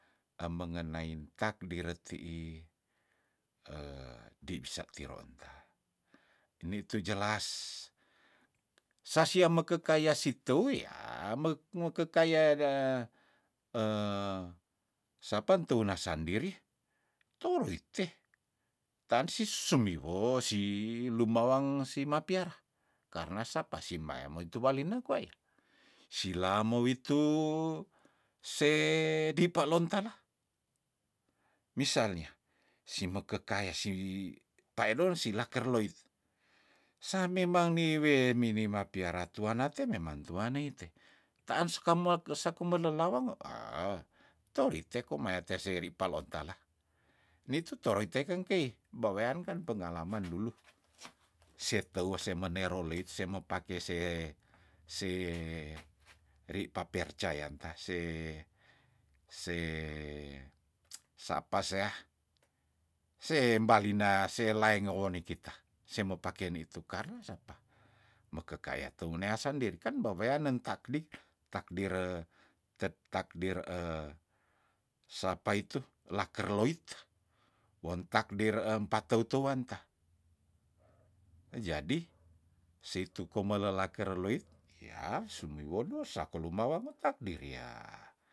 Emengenai takdir tiih dip sek tiroon ta nitu jelas sasia mekekaya siteu yah mek meke kaya dah sapan tuna sandiri toroite tansi sumiwo si lumawang simapiara karna sapa simae moitu walina kwa yah silamou itu se dipe lontala misalnya sime kekaya si paedon silaker loit sa memang ni we mini ma piara tuana te memang tuana ite taan suka moak sako melelawang kwa ah torite komaya te seri paloon tala nitu toroite kengkeih bewean kan pengalaman dulu se teu semenero leit semo pake se se ri paper cayanta se se sapa seah sem balina se laeng oh nikita se mepaken nitu karas sara mekekaya teu nea sandiri kan beweanen takdi takdire tep takdir sapa itu laker loit won takdir em pateu teuanta jadi soitu komele laker laloit yah sumiwodo sako lumawa ngutakdir yah